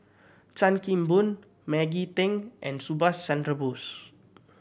Chan Kim Boon Maggie Teng and Subhas Chandra Bose